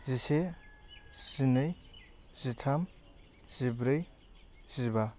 जिसे जिनै जिथाम जिब्रै जिबा